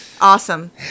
Awesome